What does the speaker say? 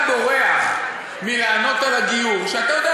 כשאתה בורח מלענות על הגיור,